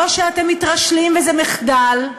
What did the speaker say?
או שאתם מתרשלים, וזה מחדל,